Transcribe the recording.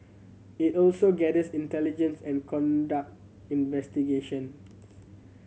it also gathers intelligence and conduct investigations